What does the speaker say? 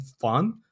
fun